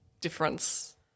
difference